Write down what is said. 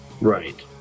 Right